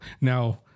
Now